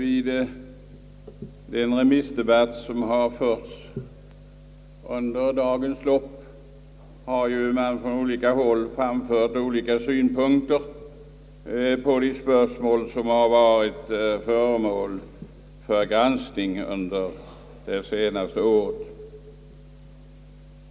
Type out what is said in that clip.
Herr talman! I dagens remissdebatt har man ju från skilda håll framfört olika synpunkter på de spörsmål som varit aktuella under det senaste året.